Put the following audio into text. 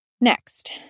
Next